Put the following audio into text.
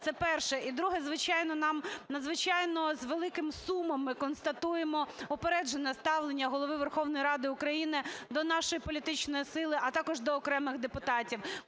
Це перше. І друге. Надзвичайно з великим сумом ми констатуємо упереджене ставлення Голови Верховної Ради України до нашої політичної сили, а також до окремих депутатів,